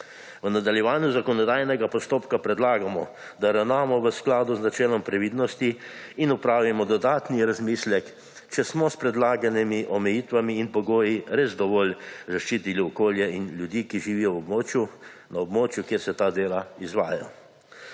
V nadaljevanju zakonodajnega postopka predlagamo, da ravnamo v skladu z načelom previdnosti in opravimo dodatni razmislek, če smo s predlaganimi omejitvami in pogoji res dovolj zaščitili okolje in ljudi, ki živijo na območju, kjer se ta dela izvajajo.